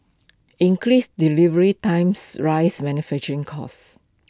increased delivery times rise manufacturing costs